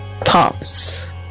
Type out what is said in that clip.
parts